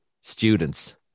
students